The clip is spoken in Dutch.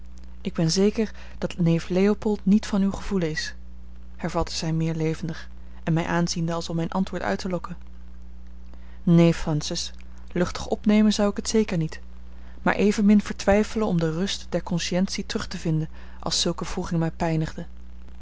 ik ben zeker dat neef leopold niet van uw gevoelen is hervatte zij meer levendig en mij aanziende als om mijn antwoord uit te lokken neen francis luchtig opnemen zou ik het zeker niet maar evenmin vertwijfelen om de rust der consciëntie terug te vinden als zulke wroeging mij pijnigde